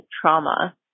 trauma